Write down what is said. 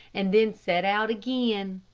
and then set out again.